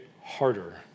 harder